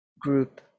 group